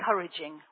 encouraging